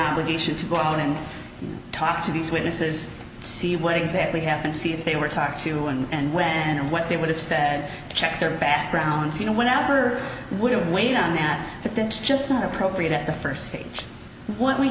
obligation to go in and talk to these witnesses see what exactly happened see if they were talked to and when and what they would have said check their backgrounds you know whatever would weigh in on that but that's just not appropriate at the first stage what we